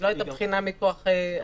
היא לא הייתה בחינה מכוח הדין.